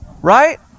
Right